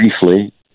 briefly